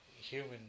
human